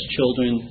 children